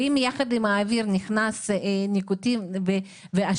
אם יחד עם האוויר נכנס ניקוטין ועשן,